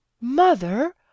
Mother